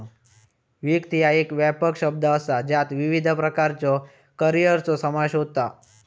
वित्त ह्या एक व्यापक शब्द असा ज्यात विविध प्रकारच्यो करिअरचो समावेश होता